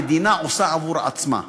המדינה עושה עבור עצמה.